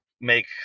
make